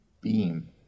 beam